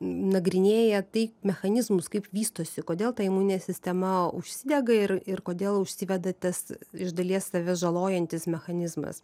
nagrinėja tai mechanizmus kaip vystosi kodėl ta imuninė sistema užsidega ir ir kodėl užsiveda tas iš dalies save žalojantis mechanizmas